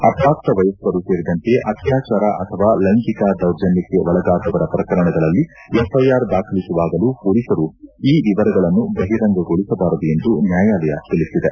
ಅಪ್ರಾಪ್ತ ವಯಸ್ಕರೂ ಸೇರಿದಂತೆ ಅತ್ಯಾಚಾರ ಅಥವಾ ಲೈಂಗಿಕ ದೌರ್ಜನ್ಯಕ್ಕೆ ಒಳಗಾದವರ ಪ್ರಕರಣಗಳಲ್ಲಿ ಎಫ್ಐಆರ್ ದಾಖಲಿಸುವಾಗಲೂ ಪೊಲೀಸರು ಈ ವಿವರಗಳನ್ನು ಬಹಿರಂಗಗೊಳಿಸಬಾರದು ಎಂದು ನ್ಯಾಯಾಲಯ ತಿಳಿಸಿದೆ